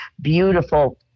Beautiful